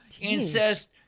incest